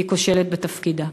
והיא כושלת בתפקידה.